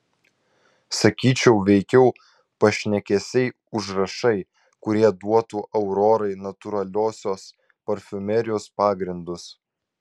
sakyčiau veikiau pašnekesiai užrašai kurie duotų aurorai natūraliosios parfumerijos pagrindus